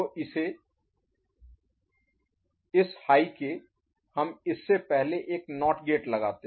तो इस हाई के हम इससे पहले एक नॉट गेट लगाते